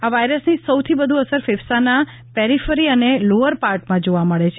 આ વાયરસની સૌથી વધુ અસર ફેફસાના પેરિફરી અને લોઅર પાર્ટમાં જોવા મળે છે